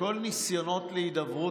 וכל הניסיונות להידברות,